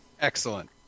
Excellent